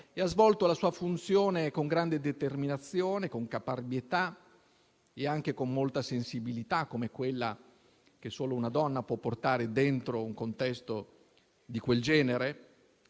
ha svolto la sua funzione con grande determinazione, con caparbietà e anche con molta sensibilità, come quella che solo una donna può portare dentro un contesto di quel genere.